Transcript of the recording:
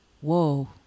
whoa